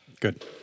good